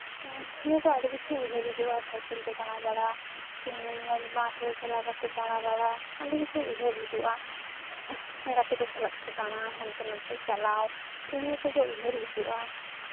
ᱱᱤᱭᱟᱹ ᱠᱚ ᱟᱹᱰᱤ ᱠᱤᱪᱷᱩ ᱩᱭᱦᱟᱹᱨ ᱦᱤᱡᱩᱜᱼᱟ ᱥᱟᱭᱠᱮᱞ ᱛᱮ ᱫᱟᱬᱟᱼᱵᱟᱲᱟ ᱢᱟᱴᱷᱨᱮ ᱪᱟᱞᱟᱣ ᱠᱟᱛᱮᱜ ᱫᱟᱬᱟᱼᱵᱟᱲᱟ ᱟᱹᱰᱤ ᱠᱤᱪᱷᱩ ᱩᱭᱦᱟᱹᱨ ᱦᱤᱡᱩᱜᱼᱟ ᱜᱟᱛᱮ ᱠᱚ ᱥᱟᱞᱟᱜ ᱛᱮ ᱫᱟᱬᱟ ᱦᱟᱱᱛᱮ ᱱᱟᱛᱮ ᱪᱟᱞᱟᱣ ᱱᱤᱭᱟᱹ ᱠᱚᱜᱮ ᱩᱭᱦᱟᱹᱨ ᱦᱤᱡᱩᱜᱼᱟ